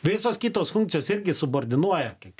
visos kitos funkcijos irgi subordinuoja kiek